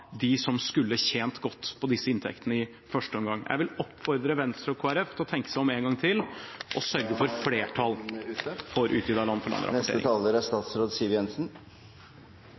dem som skulle tjent godt på disse inntektene, i første omgang. Jeg vil oppfordre Venstre og Kristelig Folkeparti til å tenke seg om en gang til og sørge for flertall for utvidet land-for-land-rapportering. Jeg konstaterer at det er bred enighet i Stortinget rundt de aller fleste forhold som er